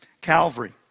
Calvary